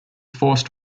forced